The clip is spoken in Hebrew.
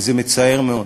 וזה מצער מאוד.